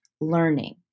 learning